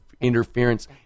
interference